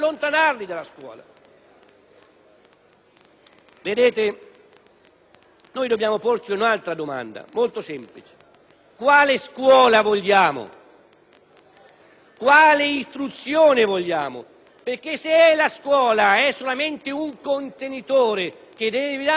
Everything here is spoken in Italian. Vedete, dobbiamo porci un'altra domanda molto semplice: quale scuola vogliamo? Quale istruzione vogliamo? Perché se la scuola è solamente un contenitore che deve dare conoscenze nulle, vuote,